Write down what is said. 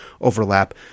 overlap